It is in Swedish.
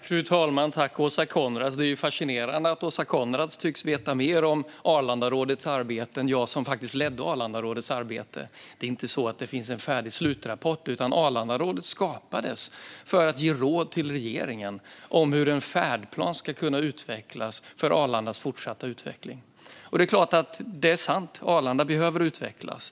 Fru talman! Jag tackar Åsa Coenraads för frågan. Det är fascinerande att Åsa Coenraads tycks veta mer om Arlandarådets arbete än jag som faktiskt ledde Arlandarådets arbete. Det är inte så att det finns en färdig slutrapport, utan Arlandarådet skapades för att ge råd till regeringen om hur en färdplan ska kunna utvecklas för Arlandas fortsatta utveckling. Det är klart att det är sant att Arlanda behöver utvecklas.